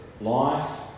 life